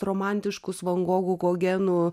romantiškus van gogų gogenų